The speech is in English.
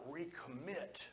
Recommit